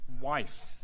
wife